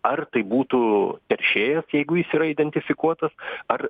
ar tai būtų teršėjas jeigu jis yra identifikuotas ar